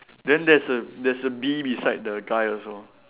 then there's a there's bee beside the guy also